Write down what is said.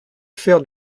faire